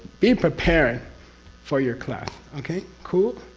be prepared for your class. okay, cool?